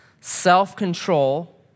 Self-control